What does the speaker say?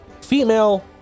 female